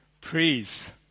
please